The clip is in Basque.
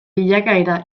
bilakaera